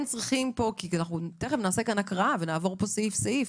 תיכף נעשה כאן הקראה ונעבור סעיף-סעיף,